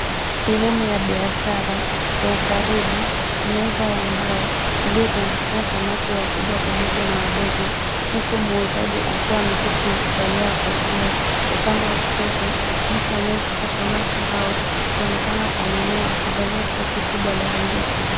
Sehemu ya biashara kwa ukaribu. Meza ya mbao iliyotandikiwa samaki wakubwa pamoja na wadogo. Huku muuzaji akiwa ameketi na kuvalia kofia. Upande wa kushoto mtu anayeshika samaki hao kuonekana kuwanunua akivalia shati kubwa la rangi ya samawati.